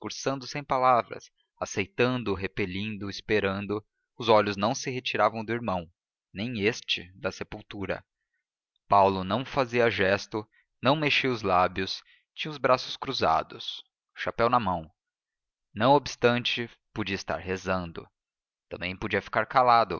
sem palavras aceitando repelindo esperando os olhos não se retiravam do irmão nem este da sepultura paulo não fazia gesto não mexia os lábios tinha os braços cruzados o chapéu na mão não obstante podia estar rezando também podia falar calado